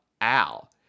Al